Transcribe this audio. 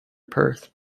perth